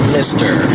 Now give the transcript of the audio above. Mister